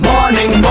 Morning